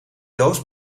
doos